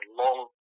long